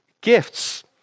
gifts